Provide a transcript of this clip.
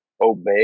obey